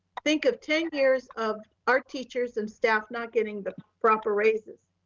think of ten years of our teachers and staff not getting the proper raises.